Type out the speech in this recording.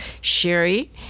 Sherry